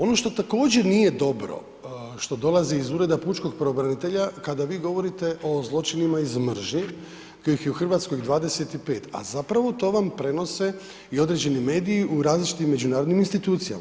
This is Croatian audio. Ono što također nije dobro, što dolazi iz Ureda pučkog pravobranitelja kada vi govorite o zločinima iz mržnje kojih je u Hrvatskoj 25, a zapravo to vam prenose i određeni mediji u različitim međunarodnim institucijama.